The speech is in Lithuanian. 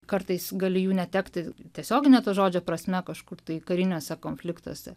kartais gali jų netekti tiesiogine to žodžio prasme kažkur tai kariniuose konfliktuose